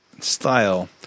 Style